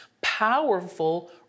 powerful